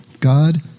God